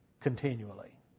continually